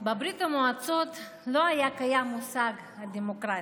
בברית המועצות לא היה קיים המושג דמוקרטיה.